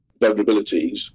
vulnerabilities